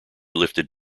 lifted